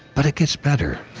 but it gets better,